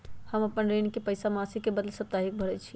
हम अपन ऋण के पइसा मासिक के बदले साप्ताहिके भरई छी